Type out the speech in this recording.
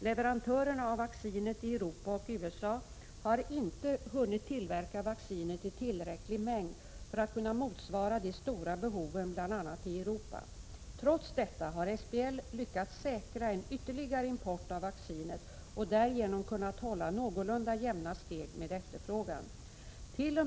Leverantörerna av vaccinet i Europa och USA har inte hunnit tillverka vaccinet i tillräcklig mängd för att kunna motsvara de stora behoven bl.a. i Europa. Trots detta har SBL lyckats säkra ytterligare import av vaccinet och därigenom kunnat hålla någorlunda jämna steg med efterfrågan. T.o.